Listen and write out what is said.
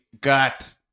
Got